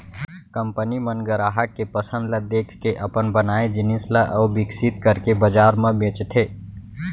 company मन गराहक के पसंद ल देखके अपन बनाए जिनिस ल अउ बिकसित करके बजार म बेचथे